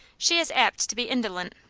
she is apt to be indolent.